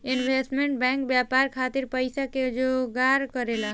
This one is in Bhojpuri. इन्वेस्टमेंट बैंक व्यापार खातिर पइसा के जोगार करेला